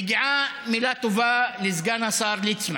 מגיעה מילה טובה לסגן השר ליצמן,